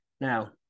Now